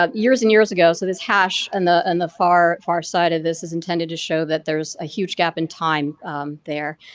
ah years and years ago. so, this hash and on and the far far side of this is intended to show that there's a huge gap in time there.